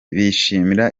bishimira